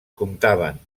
comptaven